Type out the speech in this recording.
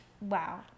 wow